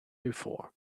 before